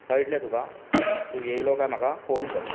कळटलें तुका तूं येयलो काय म्हाका फोन कर